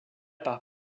par